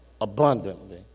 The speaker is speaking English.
abundantly